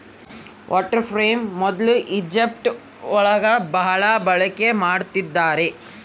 water frame ಮೊದ್ಲು Egypt ಒಳಗ ಭಾಳ ಬಳಕೆ ಮಾಡಿದ್ದಾರೆ